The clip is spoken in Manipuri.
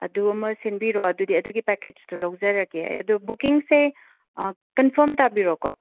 ꯑꯗꯨ ꯑꯃ ꯁꯤꯟꯕꯤꯔꯣ ꯑꯗꯨꯗꯤ ꯑꯗꯨꯒꯤ ꯄꯦꯛꯀꯦꯖꯇꯨ ꯂꯧꯖꯔꯒꯦ ꯑꯗꯨ ꯕꯨꯀꯤꯡꯁꯦ ꯀꯟꯐꯥꯔ꯭ꯝ ꯇꯥꯕꯤꯔꯣꯀꯣ